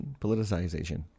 politicization